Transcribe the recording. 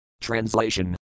Translation